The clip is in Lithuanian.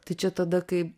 tai čia tada kai